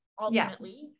Ultimately